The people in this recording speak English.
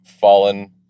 fallen